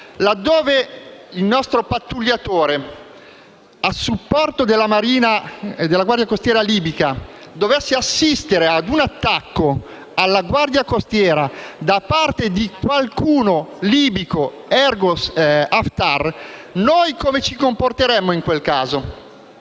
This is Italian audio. laddove il nostro pattugliatore a supporto della marina e della guardia costiera libica dovesse assistere a un attacco alla guardia costiera da parte di qualche soggetto libico (*ergo* Haftar), noi come ci comporteremmo in quel caso?